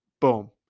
Boom